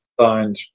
signed